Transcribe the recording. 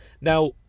Now